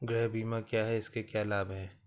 गृह बीमा क्या है इसके क्या लाभ हैं?